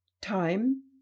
Time